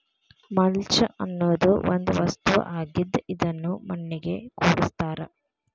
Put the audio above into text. mulch ಅನ್ನುದು ಒಂದ ವಸ್ತು ಆಗಿದ್ದ ಇದನ್ನು ಮಣ್ಣಿಗೆ ಕೂಡಸ್ತಾರ